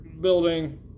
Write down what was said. building